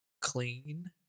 clean